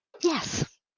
yes